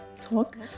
talk